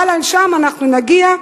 גם לשם אנחנו נגיע.